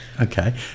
okay